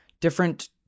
different